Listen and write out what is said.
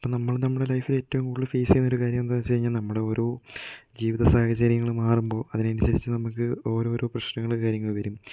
ഇപ്പം നമ്മള് നമ്മുടെ ലൈഫില് ഏറ്റവും കൂടുതല് ഫേസ് ചെയ്യുന്ന ഒരു കാര്യം എന്താന്ന് വെച്ച് കഴിഞ്ഞാൽ നമ്മുടെ ഓരോ ജീവിത സാഹചര്യങ്ങള് മാറുമ്പോൾ അതിനനുസരിച്ച് നമുക്ക് ഓരോരോ പ്രശ്നങ്ങള് കാര്യങ്ങള് വരും